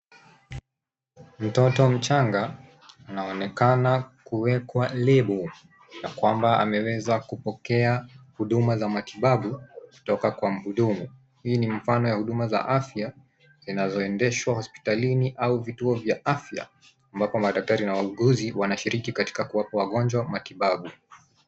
Mtoto mchanga, anaonekana kuwekwa libu na kwamba ameweza kupokea huduma za matibabu, kutoka kwa mhudumu. Hii ni mfano ya huduma za afya, zinazoendeshwa hospitalini au vituo vya afya, ambapo madaktari na wauguzi wanashiriki katika kuwapa wagonjwa matibabu.